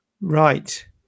right